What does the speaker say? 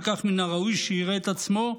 וכך מן הראוי שיראה את עצמו,